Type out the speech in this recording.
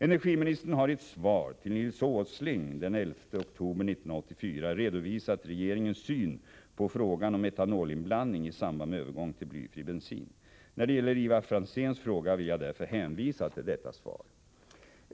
Energiministern har i ett svar till Nils Åsling den 11 oktober 1984 redovisat regeringens syn på frågan om etanolinblandning i samband med övergång till blyfri bensin. När det gäller Ivar Franzéns fråga vill jag därför hänvisa till detta svar.